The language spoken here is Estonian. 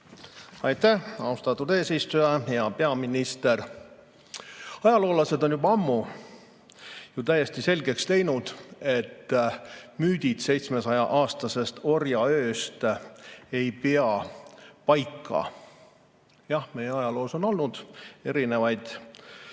Aitäh, austatud eesistuja! Hea peaminister! Ajaloolased on juba ammu täiesti selgeks teinud, et müüdid 700‑aastasest orjaööst ei pea paika. Jah, meie ajaloos on olnud erinevaid